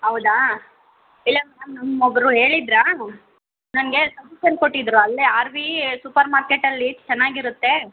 ಹೌದಾ ಇಲ್ಲ ಮೇಡಮ್ ನಮ್ಗೆ ಒಬ್ಬರು ಹೇಳಿದ್ರಾ ನನಗೆ ಕೊಟ್ಟಿದ್ದರು ಅಲ್ಲೇ ಆರ್ ವೀ ಸೂಪರ್ ಮಾರ್ಕೆಟ್ಟಲ್ಲಿ ಚೆನ್ನಾಗಿರುತ್ತೆ